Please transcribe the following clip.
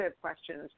questions